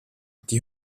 die